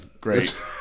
Great